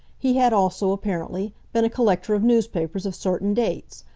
he had also, apparently, been a collector of newspapers of certain dates,